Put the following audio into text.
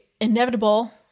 inevitable